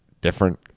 Different